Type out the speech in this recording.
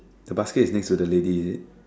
the basket is next to the lady is it